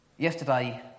Yesterday